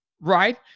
right